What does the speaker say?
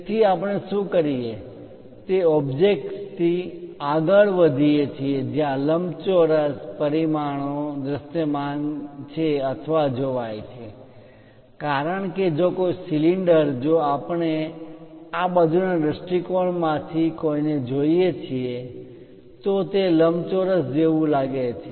તેથી આપણે શું કરીએ તે ઓબ્જેક્ટ થી આગળ વધીએ છીએ જ્યાં લંબચોરસ પરિમાણો દૃશ્યમાન છે અથવા જોવાય છે કારણ કે જો કોઈ સિલિન્ડર જો આપણે આ બાજુના દૃષ્ટિકોણ માંથી કોઈને જોઈએ છીએ તો તે લંબચોરસ જેવું લાગે છે